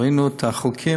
ראינו את החוקים.